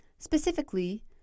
Specifically